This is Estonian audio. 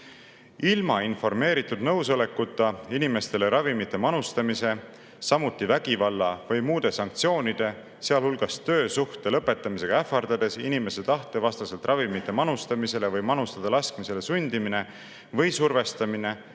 ilma informeeritud nõusolekuta ravimite manustamine, samuti vägivalla või muude sanktsioonide, sealhulgas töösuhte lõpetamisega ähvardades, inimese tahte vastaselt tema ravimite manustamisele või manustada laskmisele sundimine või survestamine